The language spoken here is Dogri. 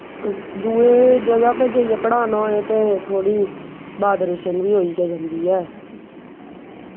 दूए जगह् पर जाइयै पढ़ाना होए ते थोह्ड़ी बादरेशन ते होई गै जंदी ऐ